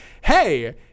hey